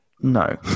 no